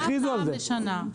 פעם בשנה.